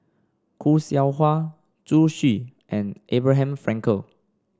Khoo Seow Hwa Zhu Xu and Abraham Frankel